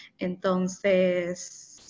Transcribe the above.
entonces